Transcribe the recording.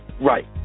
Right